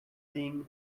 being